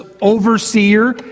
overseer